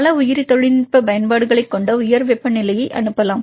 பல உயிரி தொழில்நுட்ப பயன்பாடுகளைக் கொண்ட உயர் வெப்பநிலையை அனுப்பலாம்